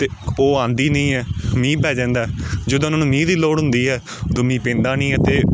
ਅਤੇ ਉਹ ਆਉਂਦੀ ਨਹੀਂ ਹੈ ਮੀਂਹ ਪੈ ਜਾਂਦਾ ਜਦੋਂ ਉਹਨਾਂ ਨੂੰ ਮੀਂਹ ਦੀ ਲੋੜ ਹੁੰਦੀ ਹੈ ਉਦੋਂ ਮੀਂਹ ਪੈਂਦਾ ਨਹੀਂ ਹੈ ਅਤੇ